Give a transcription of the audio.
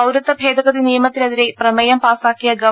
പൌരത്വ ഭേദ ഗതി നിയമത്തിനെതിരെ പ്രമേയം പാസാക്കിയ ഗവ